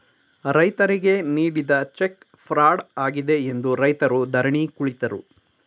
ರೈತರಿಗೆ ನೀಡಿದ cheque fraud ಆಗಿದೆ ಎಂದು ರೈತರು ಧರಣಿ ಕುಳಿತರು